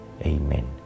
Amen